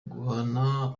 guhana